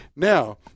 Now